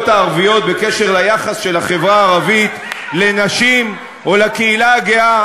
הערביות בקשר ליחס של החברה הערבית לנשים או לקהילה הגאה?